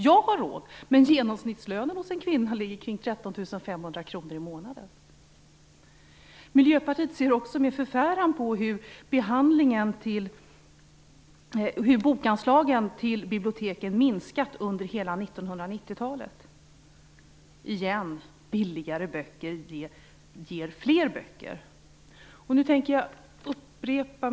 Jag har råd, men inte de som har genomsnittslönen för en kvinna, kring Miljöpartiet ser med förfäran på hur bokanslagen till biblioteken minskat under hela 1990-talet. Billigare böcker ger fler böcker.